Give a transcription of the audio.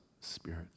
spirit